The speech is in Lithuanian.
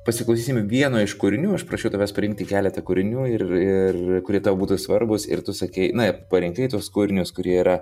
pasiklausysime vieno iš kūrinių aš prašiau tavęs parinkti keletą kūrinių ir ir kurie tau būtų svarbūs ir tu sakei na parjnkai tuos kūrinius kurie yra